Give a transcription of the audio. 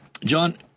John